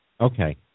Okay